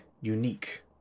unique